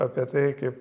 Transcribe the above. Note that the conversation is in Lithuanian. apie tai kaip